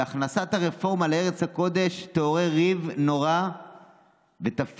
והכנסת הרפורמה לארץ הקודש תעורר ריב נורא ותפר